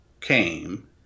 came